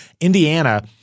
Indiana